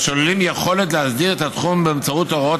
והשוללים יכולת להסדיר את התחום באמצעות הוראות